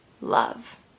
love